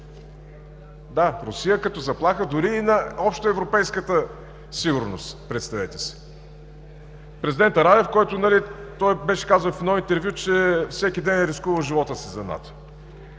Да, Русия като заплаха, дори и на общоевропейската сигурност, представете си! Президентът Радев беше казал в едно интервю, че всеки ден рискувал живота си за НАТО.